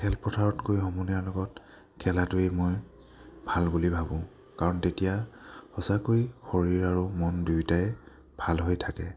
খেলপথাৰত গৈ সমনীয়াৰ লগত খেলাটোৱেই মই ভাল বুলি ভাবোঁ কাৰণ তেতিয়া সঁচাকৈ শৰীৰ আৰু মন দুয়োটাই ভাল হৈ থাকে